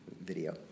video